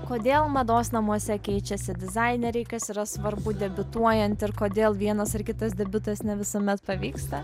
kodėl mados namuose keičiasi dizaineriai kas yra svarbu debiutuojant ir kodėl vienas ar kitas debiutas ne visuomet pavyksta